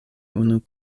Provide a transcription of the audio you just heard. unu